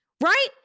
Right